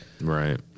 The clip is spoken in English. Right